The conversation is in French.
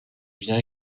vient